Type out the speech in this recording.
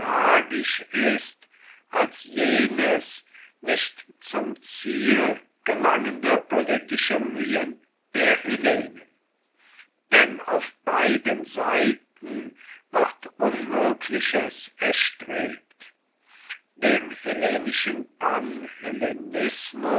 ist als jenes nicht zum ziel gelangende politische mühen der hellenen denn auf beiden seiten wird unmögliches erstrebt dem hellenischen